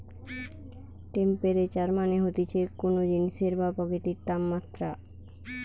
temperature মানে হতিছে কোন জিনিসের বা প্রকৃতির তাপমাত্রা